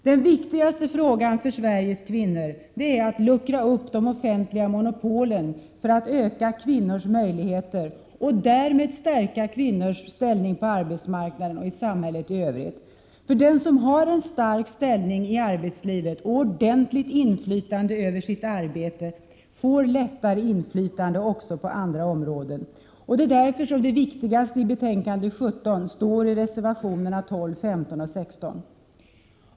Den vikigaste frågan för Sveriges kvinnor är att luckra upp de offentliga monopolen för att öka kvinnors möjligheter och därmed stärka kvinnors ställning på arbetsmarknaden och i samhället i övrigt. Den som har en stark ställning i arbetslivet och ordentligt inflytande över sitt arbete får lättare inflytande också på andra områden. Det är därför som det viktigaste i betänkande 17 står i reservationerna 12, 15 och 16.